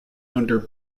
under